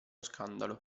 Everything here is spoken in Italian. scandalo